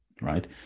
right